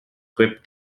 grip